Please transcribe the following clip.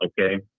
okay